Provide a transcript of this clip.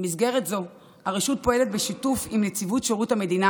במסגרת זו הרשות פועלת בשיתוף עם נציבות שירות המדינה